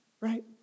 right